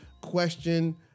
question